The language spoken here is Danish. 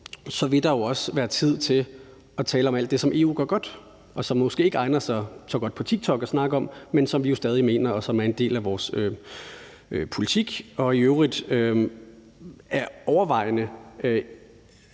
vil der også være tid til at tale om alt det, som EU gør godt, og som måske ikke egner sig så godt til at snakke om på TikTok, men som vi jo stadig mener, og som er en del af vores politik, i øvrigt overvejende